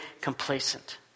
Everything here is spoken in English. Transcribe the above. complacent